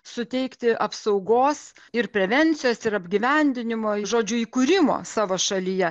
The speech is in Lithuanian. suteikti apsaugos ir prevencijos ir apgyvendinimo žodžiu įkūrimo savo šalyje